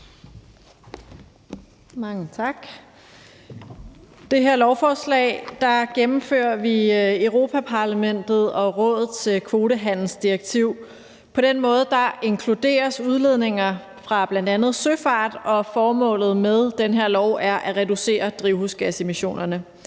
det her lovforslag gennemfører vi Europa-Parlamentets og Rådets kvotehandelsdirektiv. På den måde inkluderes udledninger fra bl.a. søfart, og formålet med det her lovforslag er at reducere drivhusgasemissionerne.